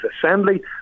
Assembly